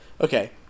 okay